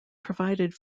provided